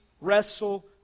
wrestle